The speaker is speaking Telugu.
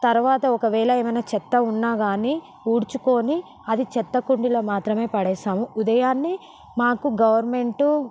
తరవాత ఒక వేళ ఏమన్నా చెత్త ఉన్నా కాని ఊడ్చుకోని అవి చెత్తకుండీలో మాత్రమే పడేశాము ఉదయాన్నే మాకు గవర్నమెంటు